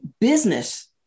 business